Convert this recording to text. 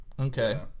Okay